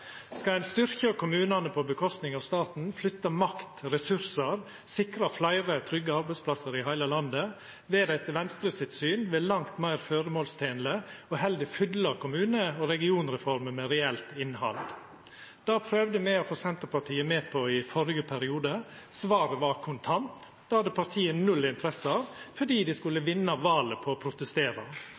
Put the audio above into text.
Skal ein styrkja kommunane på kostnad av staten, flytta makt og ressursar og sikra fleire trygge arbeidsplassar i heile landet, vil det etter Venstres syn vera langt meir føremålstenleg heller å fylla kommune- og regionreforma med reelt innhald. Det prøvde me å få Senterpartiet med på i førre periode. Svaret var kontant: Det hadde partiet null interesse av, fordi dei skulle vinna valet ved å protestera.